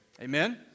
Amen